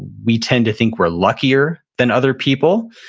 we tend to think we're luckier than other people.